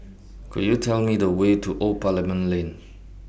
Could YOU Tell Me The Way to Old Parliament Lane